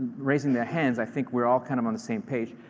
raising their hands. i think we're all kind of on the same page.